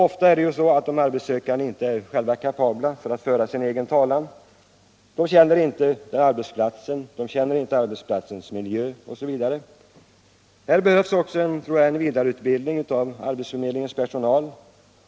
Ofta är de arbetssökande inte kapabla att föra sin egen talan. De känner inte arbetsplatsens miljö osv. Här behövs också en vidareutbildning av arbetsförmedlingens personal.